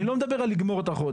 אני לא מדבר על לגמור את החודש.